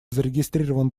зарегистрирован